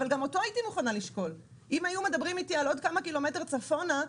אבל גם אותו הייתי מוכנה לשקול אם היו מדברים על עוד כמה קילומטר צפונה,